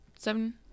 seven